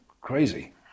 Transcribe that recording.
crazy